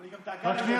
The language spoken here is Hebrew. אבל היא גם דאגה לילדים.